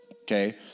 Okay